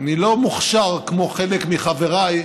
אני לא מוכשר כמו חלק מחבריי,